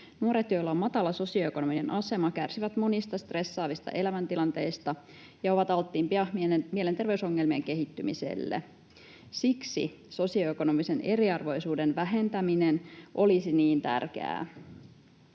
Nuoret, joilla on matala sosioekonominen asema, kärsivät monista stressaavista elämäntilanteista ja ovat alttiimpia mielenterveysongelmien kehittymiselle. Siksi sosioekonomisen eriarvoisuuden vähentäminen olisi niin tärkeää.